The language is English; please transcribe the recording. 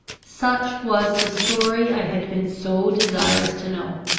such was the story i had been so desirous to know.